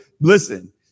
listen